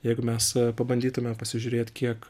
jeigu mes pabandytume pasižiūrėt kiek